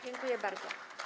Dziękuję bardzo.